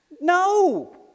No